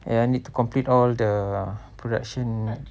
ya I need to complete all the production